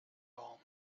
arm